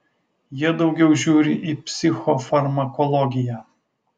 jie daugiau žiūri į psichofarmakologiją